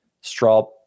straw